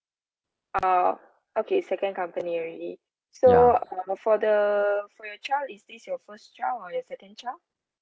uh okay second company already so uh for the for your child is this your first child or your second child